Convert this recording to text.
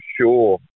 sure